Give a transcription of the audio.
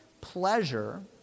pleasure